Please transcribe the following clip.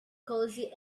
cozy